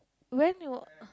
when your uh